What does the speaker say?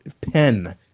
pen